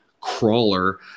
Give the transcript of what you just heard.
crawler